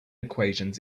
equations